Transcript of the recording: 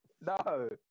No